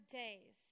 days